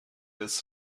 des